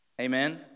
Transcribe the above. amen